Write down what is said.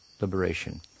liberation